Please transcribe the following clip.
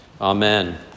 amen